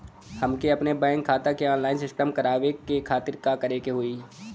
हमके अपने बैंक खाता के ऑनलाइन सिस्टम करवावे के खातिर का करे के होई?